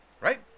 right